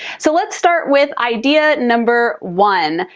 so let's start with idea number one.